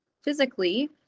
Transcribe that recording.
physically